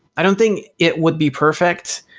i don't think it would be perfect.